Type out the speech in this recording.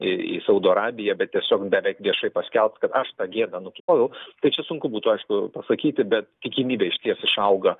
į į saudo arabiją bet tiesiog beveik viešai paskelbt kad aš tą gėdą nuploviau tai čia sunku būtų aišku pasakyti bet tikimybė išties išauga